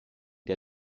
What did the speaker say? der